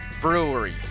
Brewery